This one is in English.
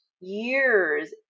years